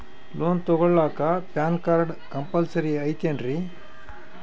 Loan ತೊಗೊಳ್ಳಾಕ PAN card compulsory ಐಯ್ತೇನ್ರಿ?